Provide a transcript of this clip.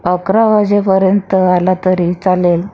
अकरा वाजेपर्यंत आला तरी चालेल